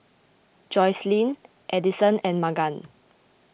Joycelyn Edison and Magan